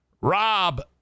Rob